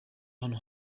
hano